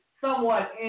somewhat